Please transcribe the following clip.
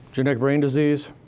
genetic brain disease.